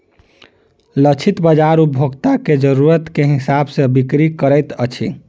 लक्षित बाजार उपभोक्ता के जरुरत के हिसाब सॅ बिक्री करैत अछि